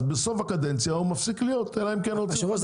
אז בסוף הקדנציה הוא מפסיק להיות אלא אם כן רוצים --- היושב-ראש,